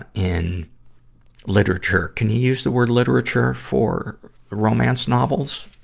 ah in literature. can you use the word literature for romance novels?